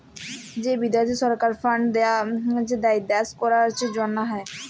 যে বিদ্যাশি সরকার ফাল্ড দেয় দ্যাশ গুলার জ্যনহে